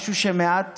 משהו שמעט